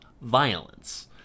violence